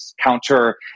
counter